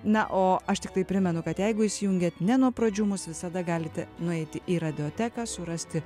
na o aš tiktai primenu kad jeigu įsijungėt ne nuo pradžių mus visada galite nueiti į radijoteką surasti